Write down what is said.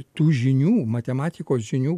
tų žinių matematikos žinių